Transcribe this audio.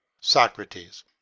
Socrates